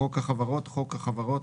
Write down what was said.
"חוק החברות" חוק החברות,